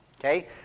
Okay